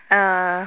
uh